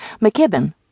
McKibben